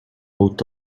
put